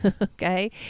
okay